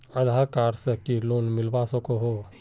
आधार card से की loan मिलवा सकोहो?